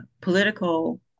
political